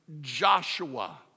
Joshua